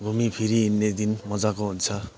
घुमी फिरी हिड्ने दिन मजाको हुन्छ